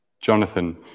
Jonathan